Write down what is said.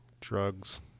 Drugs